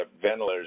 ventilators